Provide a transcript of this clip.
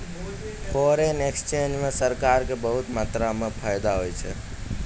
foreign exchange म सरकार क बहुत मात्रा म फायदा होय छै